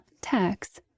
tax